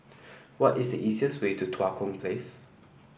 what is the easiest way to Tua Kong Place